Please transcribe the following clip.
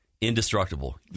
indestructible